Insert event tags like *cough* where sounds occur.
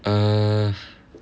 err *breath*